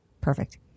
Perfect